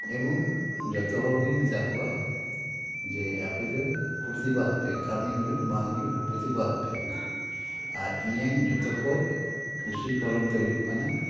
ᱮᱵᱚᱝ ᱡᱚᱛᱚ ᱦᱚᱲᱜᱤᱧ ᱢᱮᱛᱟ ᱠᱚᱣᱟ ᱡᱮ ᱟᱯᱮ ᱫᱚ ᱯᱨᱚᱛᱤᱵᱟᱫᱽ ᱯᱮ ᱠᱟᱹᱢᱤ ᱦᱩᱭᱩᱜ ᱵᱟᱝ ᱦᱩᱭᱩᱜ ᱯᱨᱚᱛᱤᱵᱟᱫᱽ ᱯᱮ ᱟᱨ ᱤᱧᱟᱹᱜ ᱡᱚᱛᱚᱠᱷᱚᱱ ᱠᱩᱥᱤ ᱠᱚᱞᱚᱢ ᱫᱚ ᱦᱩᱭᱩᱜ ᱠᱟᱱᱟ